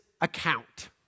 account